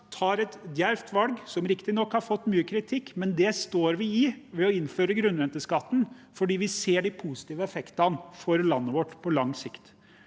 tar et djervt valg – som riktig nok har fått mye kritikk, men det står vi i – ved å innføre grunnrenteskatten, fordi vi ser de positive effektene for landet vårt på lang sikt.